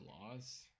laws